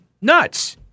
nuts